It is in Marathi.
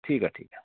ठीक आहे ठीक आहे